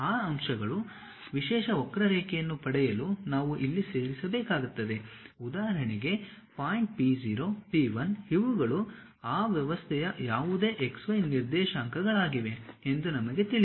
ಆ ಅಂಶಗಳು ವಿಶೇಷ ವಕ್ರರೇಖೆಯನ್ನು ಪಡೆಯೆಲು ನಾವು ಇಲ್ಲಿ ಸೇರಿಸಬೇಕಾಗುತ್ತದೆ ಉದಾಹರಣೆಗೆ ಪಾಯಿಂಟ್ P0 P1 ಇವುಗಳು ಆ ವ್ಯವಸ್ಥೆಯ ಯಾವುದೇ x y ನಿರ್ದೇಶಾಂಕಗಳಾಗಿವೆ ಎಂದು ನಮಗೆ ತಿಳಿದಿದೆ